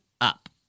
up